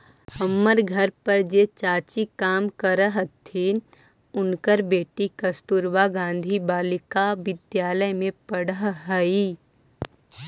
हमर घर पर जे चाची काम करऽ हथिन, उनकर बेटी कस्तूरबा गांधी बालिका विद्यालय में पढ़ऽ हई